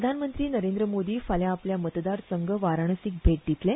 प्रधानमंत्री नरेंद्र मोदी फाल्यां आपल्या मतदारसंघ वाराणसीक भेट दितले